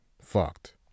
fucked